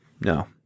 No